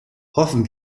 hoffen